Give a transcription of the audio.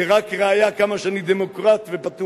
זו רק ראיה כמה שאני דמוקרט ופתוח.